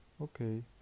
Okay